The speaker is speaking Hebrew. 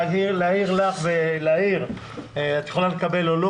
רציתי להעיר לך ולחבר הכנסת